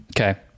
Okay